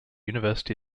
university